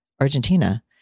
Argentina